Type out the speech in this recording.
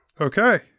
Okay